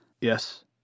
Yes